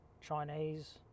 Chinese